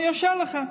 אני אאשר לכם.